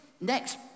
next